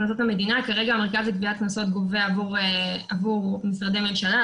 כרגע המרכז לגביית קנסות גובה עבור משרדי ממשלה,